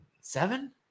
seven